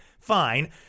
fine